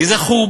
כי זה חורבן.